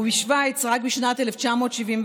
ובשווייץ, רק בשנת 1971,